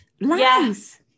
Lies